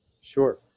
sure